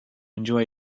enjoy